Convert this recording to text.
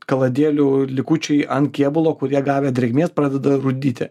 kaladėlių likučiai ant kėbulo kurie gavę drėgmės pradeda rūdyti